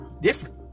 different